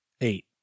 Eight